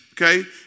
okay